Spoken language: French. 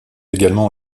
également